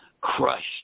crushed